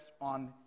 on